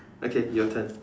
okay your turn